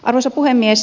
arvoisa puhemies